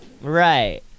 right